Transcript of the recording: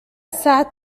الساعة